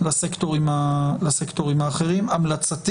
לסקטורים האחרים?